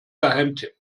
geheimtipp